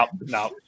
No